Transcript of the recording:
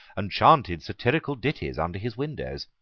and chanted satirical ditties under his windows.